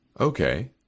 Okay